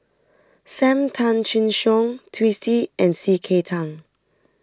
Sam Tan Chin Siong Twisstii and C K Tang